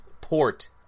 port